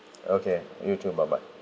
okay you too bye bye